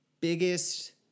biggest